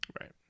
right